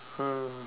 ah